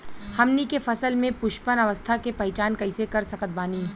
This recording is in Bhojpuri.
हमनी के फसल में पुष्पन अवस्था के पहचान कइसे कर सकत बानी?